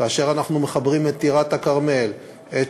כאשר אנחנו מחברים את טירת-כרמל, את